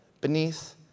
beneath